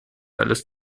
alles